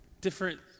different